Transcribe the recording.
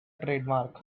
trademark